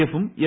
എഫും എൽ